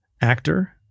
actor